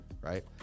right